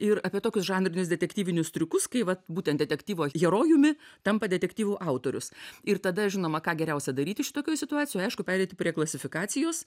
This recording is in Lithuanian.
ir apie tokius žanrinius detektyvinius triukus kai vat būtent detektyvo herojumi tampa detektyvų autorius ir tada žinoma ką geriausia daryti šitokioj situacijoj aišku pereiti prie klasifikacijos